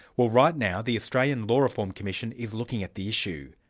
well right now the australian law reform commission is looking at the issue,